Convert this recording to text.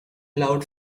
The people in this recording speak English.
loud